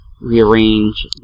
rearrange